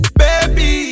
baby